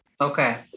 okay